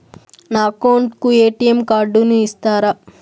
నా అకౌంట్ కు ఎ.టి.ఎం కార్డును ఇస్తారా